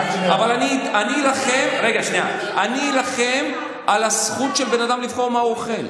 אבל אני אילחם על הזכות של בן אדם לבחור מה הוא אוכל.